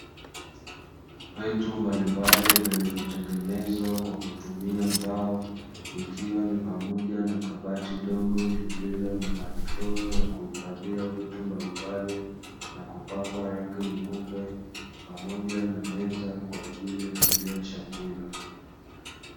Vitu mbalimbali vilivyotengeneza kwa kutumia mbao ikiwa ni pamoja na kabati dogo iliyo na madroo ya kuhifadhia vitu mbalimbali, na kupakwa rangi nyeupe pamoja na meza kwa ajili ya kulimia chakula.